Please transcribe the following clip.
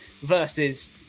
versus